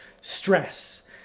stress